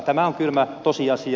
tämä on kylmä tosiasia